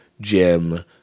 jim